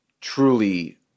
truly